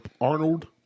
arnold